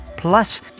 Plus